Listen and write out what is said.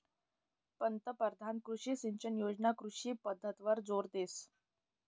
पंतपरधान कृषी सिंचन योजना कृषी पद्धतवर जोर देस